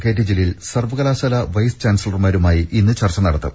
K T Jaleel സർവകലാശാല vice ചാൻസലർമാരുമായി ഇന്ന് ചർച്ച നടത്തും